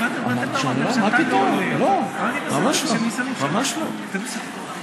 זה לא היה שמור אך ורק לסגני שרים ממפלגת יהדות התורה.